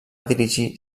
dirigir